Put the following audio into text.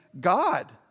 God